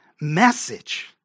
message